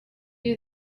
you